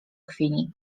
chwili